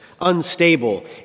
unstable